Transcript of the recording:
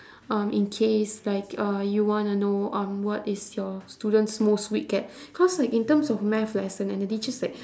um in case like uh you wanna know um what is your students most weak at because like in terms of math lesson and the teacher's like